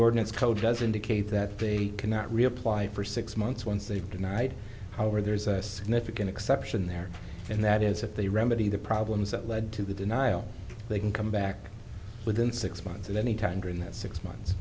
ordinance code does indicate that they cannot reapply for six months once they've denied however there's a significant exception there and that is if they remedy the problems that led to the denial they can come back within six months and any time during that six months